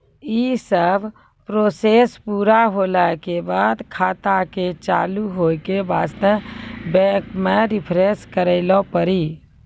यी सब प्रोसेस पुरा होला के बाद खाता के चालू हो के वास्ते बैंक मे रिफ्रेश करैला पड़ी?